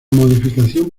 modificación